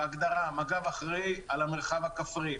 בהגדרה מג"ב אחראי על המרחב הכפרי.